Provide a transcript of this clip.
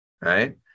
Right